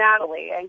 Natalie